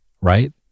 right